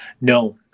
No